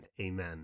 Amen